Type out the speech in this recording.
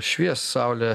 švies saulė